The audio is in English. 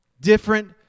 Different